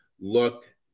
looked